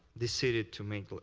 decision to make.